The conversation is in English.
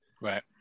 right